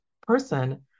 person